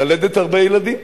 ללדת הרבה ילדים,